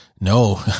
No